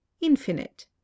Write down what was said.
infinite